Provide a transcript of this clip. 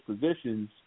positions